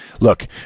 Look